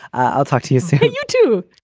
i'll talk to you soon. you too